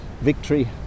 victory